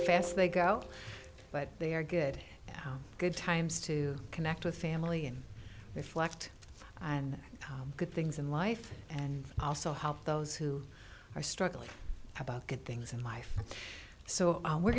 fast they go but they are good good times to connect with family and reflect on good things in life and also help those who are struggling about good things in life so we're